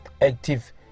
active